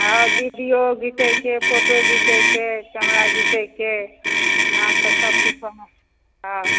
हँ विडिओ घिचैके फोटो घिचैके कैमरा घिचैके अहाँके सब किछो हँ